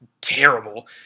terrible